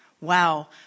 Wow